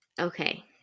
okay